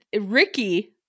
Ricky